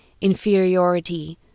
inferiority